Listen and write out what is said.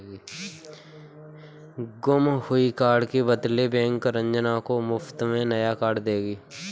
गुम हुए कार्ड के बदले बैंक रंजना को मुफ्त में नया कार्ड देगी